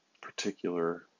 particular